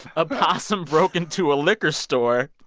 a possum broke into a liquor store,